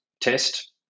test